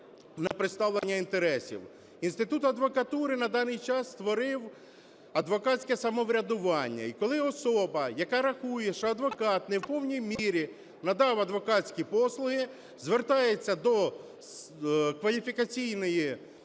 на представлення інтересів. Інститут адвокатури на даний час створив адвокатське самоврядування. І коли особа, яка рахує, що адвокат не в повній мірі надав адвокатські послуги, звертається до Кваліфікаційної